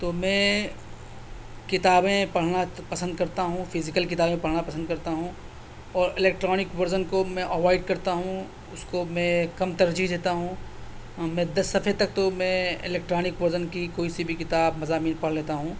تو میں کتابیں پڑھنا پسند کرتا ہوں فزیکل کتابیں پڑھنا پسند کرتا ہوں اور الیکٹرانک ورژن کو میں اوائڈ کرتا ہوں اس کو میں کم ترجیح دیتا ہوں میں دس صفحے تک تو میں الیکٹرانک ورژن کی کوئی سی بھی کتاب مضامین پڑھ لیتا ہوں